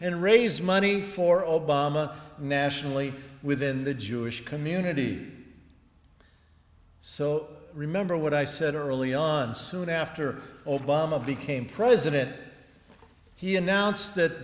and raise money for obama nationally within the jewish community so remember what i said early on soon after obama became president he announced that